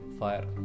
fire